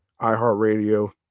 iHeartRadio